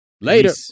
Later